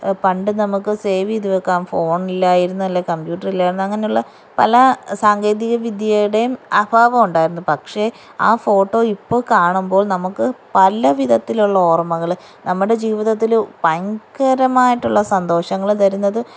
പണ്ട് നമുക്ക് സേവ് ചെയ്ത് വെക്കാൻ ഫോൺ ഇല്ലായിരുന്നു അല്ലേൽ കമ്പ്യൂട്ടർ ഇല്ലായിരുന്നു അങ്ങനെയുള്ള പല സാങ്കേതികവിദ്യയുടേയും അഭാവം ഉണ്ടായിരുന്നു പക്ഷെ ആ ഫോട്ടോ ഇപ്പോൾ കാണുമ്പോൾ നമുക്ക് പല വിധത്തിലുള്ള ഓർമകള് നമ്മുടെ ജീവിതത്തില് ഭയങ്കരമായിട്ടുള്ള സന്തോഷങ്ങള് തരുന്നത്